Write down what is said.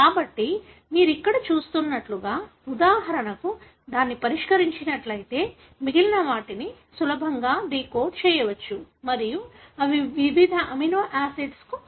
కాబట్టి మీరు ఇక్కడ చూస్తున్నట్లుగా ఉదాహరణకు దాన్ని పరిష్కరించినట్లయితే మిగిలిన వాటిని సులభంగా డీకోడ్ చేయవచ్చు మరియు అవి వివిధ అమైనో ఆసిడ్స్ కు అర్థాన్ని ఇస్తాయి